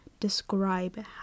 describe